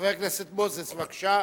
חבר הכנסת מנחם אליעזר מוזס, בבקשה,